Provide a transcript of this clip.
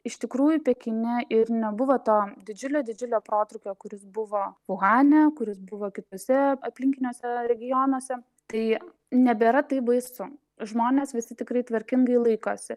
iš tikrųjų pekine ir nebuvo to didžiulio didžiulio protrūkio kuris buvo uhane kuris buvo kituose aplinkiniuose regionuose tai nebėra taip baisu žmonės visi tikrai tvarkingai laikosi